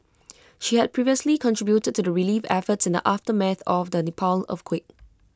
she had previously contributed to the relief efforts in the aftermath of the Nepal earthquake